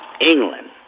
England